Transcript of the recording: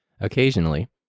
Occasionally